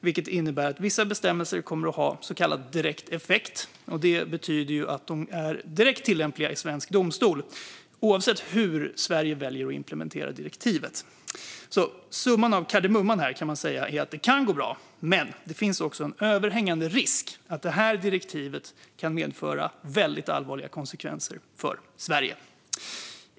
Det innebär att vissa bestämmelser kommer att ha så kallad direkt effekt, vilket betyder att de är direkt tillämpliga i svensk domstol oavsett hur Sverige väljer att implementera direktivet. Summan av kardemumman är alltså att det kan gå bra, men det finns också en överhängande risk att direktivet kan medföra väldigt allvarliga konsekvenser för Sverige.